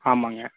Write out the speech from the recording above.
ஆமாங்க